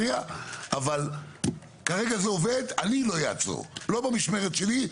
כרגע זה עובד ואני לא אעצור זאת, לא במשמרת שלי.